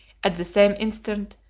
at the same instant,